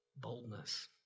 Boldness